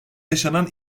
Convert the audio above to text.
yaşanan